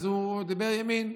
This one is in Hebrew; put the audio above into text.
אז הוא דיבר ימין.